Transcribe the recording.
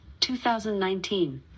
2019